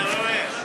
אתה רואה?